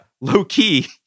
low-key